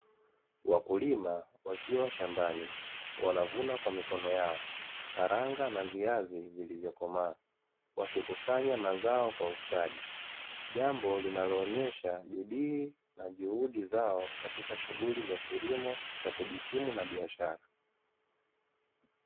Wakulima wakiwa shambani wanavuna kwa mikono yao karanga na viazi vilivyokomaa, wakikusanya mazao kwa ustadi, jambo linaloonysha bidii na juhudi zao, katika shughuli za kilimo cha kujikimu na biashara.